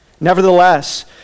Nevertheless